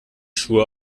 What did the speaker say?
schuhe